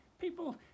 people